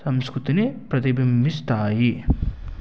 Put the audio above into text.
సంస్కృతిని ప్రతిభింభిస్తాయి